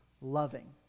loving